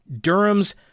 Durham's